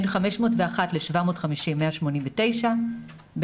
בין 501 ל-750 יש 189 מקומות,